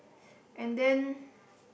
and then